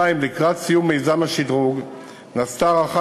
2. לקראת סיום מיזם השדרוג נעשתה הערכה